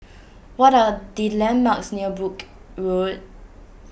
what are the landmarks near Brooke Road